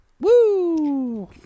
Woo